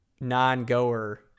non-goer